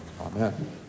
Amen